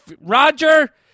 Roger